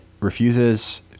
refuses